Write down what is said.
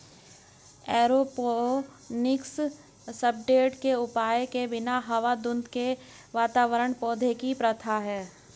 aeroponics substrate के उपयोग के बिना हवा धुंध के वातावरण पौधों की प्रथा है